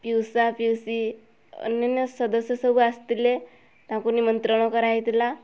ପିଉସା ପିଉସୀ ଅନ୍ୟାନ୍ୟ ସଦସ୍ୟ ସବୁ ଆସିଥିଲେ ତାଙ୍କୁ ନିମନ୍ତ୍ରଣ କରାହେଇଥିଲା